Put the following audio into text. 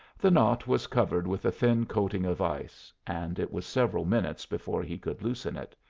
the knot was covered with a thin coating of ice, and it was several minutes before he could loosen it.